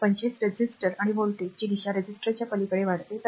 तर 25 रेझिस्टर आणि व्होल्टेजची दिशा रेझिस्टरच्या पलिकडे वाढते